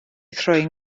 thrwyn